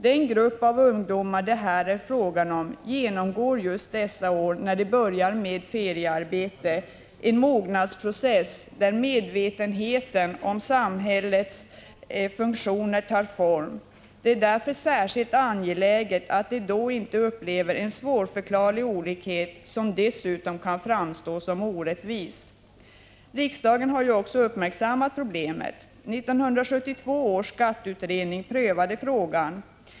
Den grupp ungdomar det här är fråga om genomgår just dessa år, när de börjar med feriearbete, en mognadsprocess då metvetenheten om samhällets funktion tar form. Det är därför särskilt angeläget att de då inte upplever en 105 svårförklarlig olikhet, som dessutom kan framstå som orättvis. Riksdagen har också uppmärksammat problemet. 1972 års skatteutredning prövade frågan.